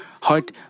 heart